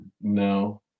No